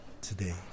today